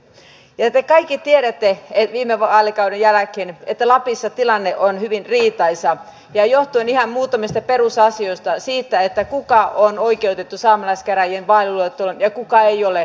te kaikki tiedätte viime vaalikauden jälkeen että lapissa tilanne on hyvin riitaisa johtuen ihan muutamista perusasioista siitä kuka on oikeutettu saamelaiskäräjien vaaliluetteloon ja kuka ei ole